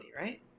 right